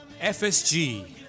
FSG